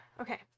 Okay